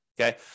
Okay